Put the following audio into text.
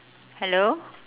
hello